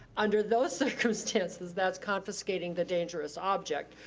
under those circumstances, that's confiscating the dangerous object.